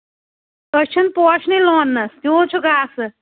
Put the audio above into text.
أسۍ چھِنہٕ پوشٲنی لوننَس تیوٗت چھُ گاسہٕ